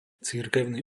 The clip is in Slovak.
cirkevný